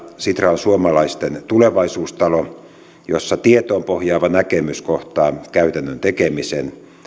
sitra on suomalaisten tulevaisuustalo jossa tietoon pohjaava näkemys kohtaa käytännön tekemisen